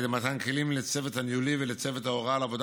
על ידי מתן כלים לצוות הניהולי ולצוות ההוראה לעבודה